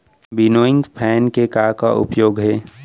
Winnowing fan के का का उपयोग हे?